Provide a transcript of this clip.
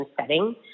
setting